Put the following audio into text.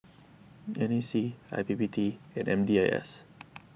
N A C I P P T and M D I S